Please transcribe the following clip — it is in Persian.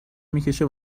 میکشه